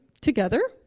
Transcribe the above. together